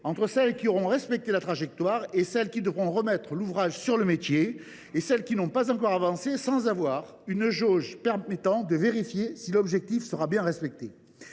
entre les régions qui ont respecté la trajectoire, celles qui devront remettre l’ouvrage sur le métier et celles qui n’ont pas encore avancé, sans jauge permettant de vérifier si l’objectif est bien respecté